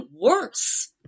worse